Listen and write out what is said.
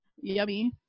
yummy